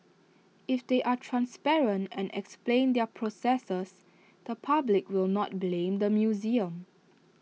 if they are transparent and explain their processes the public will not blame the museum